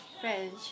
French